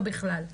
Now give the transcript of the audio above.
ובכלל.